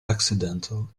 accidental